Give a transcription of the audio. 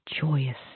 joyous